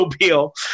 mobile